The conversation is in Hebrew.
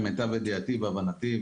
למיטב ידיעתי והבנתי,